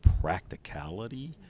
practicality